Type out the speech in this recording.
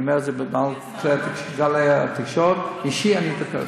אני אומר את זה מעל גלי התקשורת: אישית אני אטפל בזה.